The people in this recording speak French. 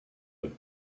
eux